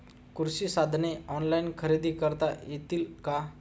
कृषी साधने ऑनलाइन खरेदी करता येतील का?